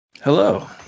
Hello